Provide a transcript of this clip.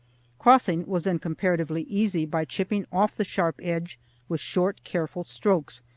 crossing was then comparatively easy by chipping off the sharp edge with short, careful strokes,